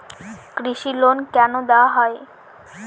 কৃষি লোন কেন দেওয়া হয়?